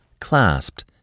clasped